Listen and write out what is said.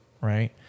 Right